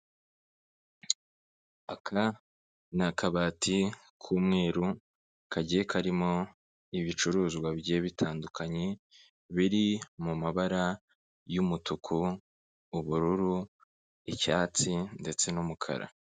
Aka ni akabati k'umweru kagiye karimo ibicuruzwa bigiye bitandukanye, biri mu mabara y'umutuku, ubururu, icyatsi ndetse n'umukara.